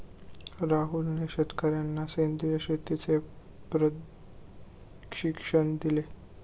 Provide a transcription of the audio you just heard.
राहुलने शेतकर्यांना सेंद्रिय शेतीचे प्रशिक्षण दिले